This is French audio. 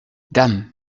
dame